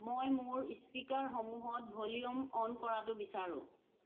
মই মোৰ স্পীকাৰসমূহত ভলিউম অন কৰাটো বিচাৰোঁ